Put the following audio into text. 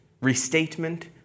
Restatement